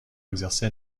exercer